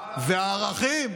ערכים?